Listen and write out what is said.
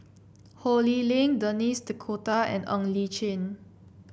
Ho Lee Ling Denis D Cotta and Ng Li Chin